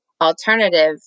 alternative